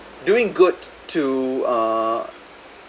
doing good to uh